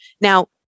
Now